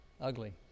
ugly